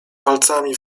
palcami